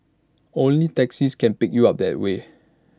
only taxis can pick you up that way